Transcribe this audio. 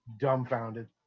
dumbfounded